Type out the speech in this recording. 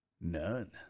None